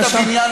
בבקשה.